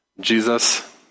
Jesus